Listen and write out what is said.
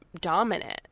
dominant